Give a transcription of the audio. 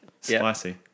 spicy